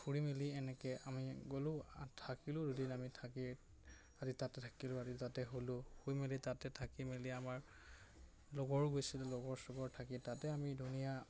ফুৰি মেলি এনেকে আমি গ'লোঁ থাকিলোঁ দুদিন আমি থাকি আজি তাতে থাকিলোঁ শুই মেলি তাতে থাকি মেলি আমাৰ লগৰো গৈছিলোঁ লগৰ চগৰ থাকি তাতে আমি ধুনীয়া